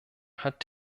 hat